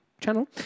channel